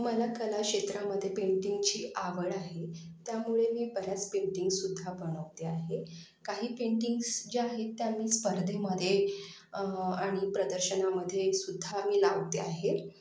मला कला क्षेत्रामध्ये पेंटिंगची आवड आहे त्यामुळे मी बऱ्याच पेंटिंगसुद्धा बनवते आहे काही पेंटिंग्स ज्या आहेत त्या मी स्पर्धेमध्ये आणि प्रदर्शनामध्येसुद्धा मी लावते आहे